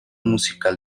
musical